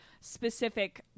specific